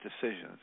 decisions